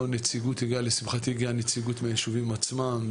לשמחתי הגיעה נציגות מהיישובים עצמם,